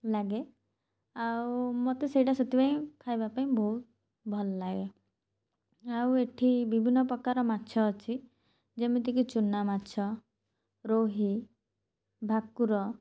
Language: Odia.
ଲାଗେ ଆଉ ମୋତେ ସେଇଟା ସେଥିପାଇଁ ଖାଇବା ପାଇଁ ବହୁତ ଭଲ ଲାଗେ ଆଉ ଏଇଠି ବିଭିନ୍ନପ୍ରକାର ମାଛ ଅଛି ଯେମିତିକି ଚୁନା ମାଛ ରୋହି ଭାକୁର